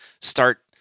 start